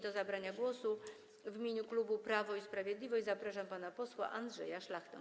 Do zabrania głosu w imieniu klubu Prawo i Sprawiedliwość zapraszam pana posła Andrzeja Szlachtę.